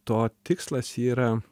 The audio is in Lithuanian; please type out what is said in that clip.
to tikslas yra